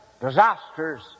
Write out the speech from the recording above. disasters